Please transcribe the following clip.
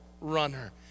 runner